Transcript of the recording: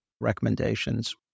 recommendations